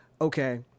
okay